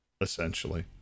essentially